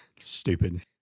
Stupid